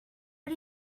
but